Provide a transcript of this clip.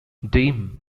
deism